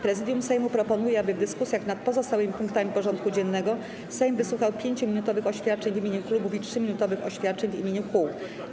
Prezydium Sejmu proponuje, aby w dyskusjach nad pozostałymi punktami porządku dziennego Sejm wysłuchał 5-minutowych oświadczeń w imieniu klubów i 3-minutowych oświadczeń w imieniu kół.